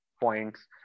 points